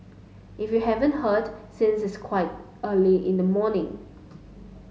if you haven't heard since it's quite early in the morning